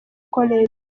college